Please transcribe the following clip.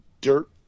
dirt